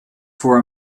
for